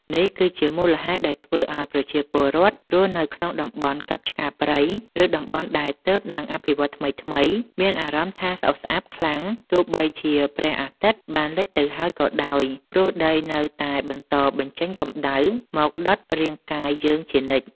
នេះគឺជាមូលហេតុដែលធ្វើឱ្យប្រជាពលរដ្ឋរស់នៅក្នុងតំបន់កាប់ឆ្ការព្រៃ ឬតំបន់ដែលទើបនឹងអភិវឌ្ឍថ្មីៗ មានអារម្មណ៍ថាស្អុះស្អាប់ខ្លាំងទោះបីជាព្រះអាទិត្យបានលិចទៅហើយក៏ដោយ ព្រោះដីនៅតែបន្តបញ្ចេញកម្ដៅមកដុតរាងកាយយើងជានិច្ច។